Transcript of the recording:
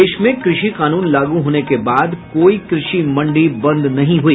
देश में कृषि कानून लागू होने के बाद कोई कृषि मंडी बंद नहीं हुई